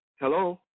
Hello